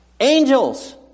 Angels